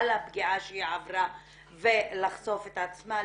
על הפגיעה שהיא עברה ולחשוף את עצמה,